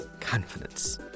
Confidence